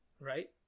Right